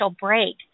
break